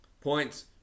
Points